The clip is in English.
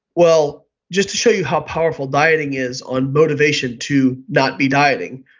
well, just to show you how powerful dieting is on motivation to not be dieting,